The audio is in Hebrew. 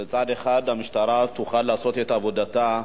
שמצד אחד המשטרה תוכל לעשות את עבודתה,